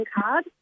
card